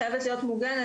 היא חייבת להיות מוגנת,